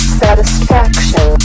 satisfaction